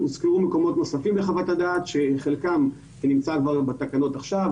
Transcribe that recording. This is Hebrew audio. בחוות הדעת הוזכרו מקומות נוספים שחלקם נמצא כבר בתקנות עכשיו,